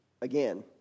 again